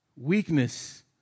Weakness